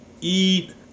eat